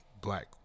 Black